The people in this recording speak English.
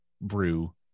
brew